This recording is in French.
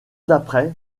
d’après